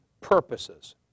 purposes